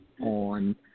on